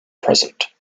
present